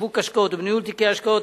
בשיווק השקעות ובניהול תיקי השקעות,